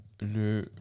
le